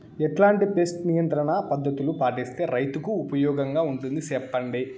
ఎట్లాంటి పెస్ట్ నియంత్రణ పద్ధతులు పాటిస్తే, రైతుకు ఉపయోగంగా ఉంటుంది సెప్పండి?